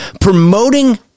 Promoting